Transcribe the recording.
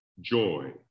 Joy